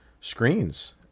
screens